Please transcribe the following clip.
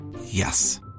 Yes